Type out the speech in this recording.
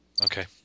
Okay